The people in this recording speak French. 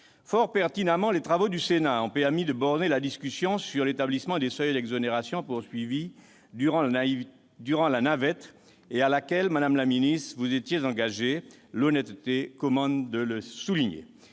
Fort pertinemment, les travaux du Sénat ont permis de borner la discussion sur l'établissement des seuils d'exonération, qui a été poursuivie durant la navette et à laquelle, madame la ministre, vous vous étiez engagée, l'honnêteté commande de le souligner.